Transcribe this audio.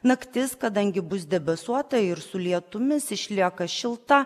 naktis kadangi bus debesuota ir su lietumis išlieka šilta